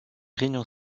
réunion